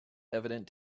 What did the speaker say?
evident